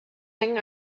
mengen